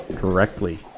Directly